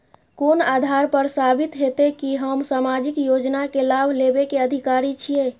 कोन आधार पर साबित हेते की हम सामाजिक योजना के लाभ लेबे के अधिकारी छिये?